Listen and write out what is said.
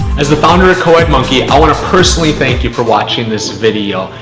as the founder of coed monkey, i want to personally thank you for watching this video.